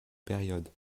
période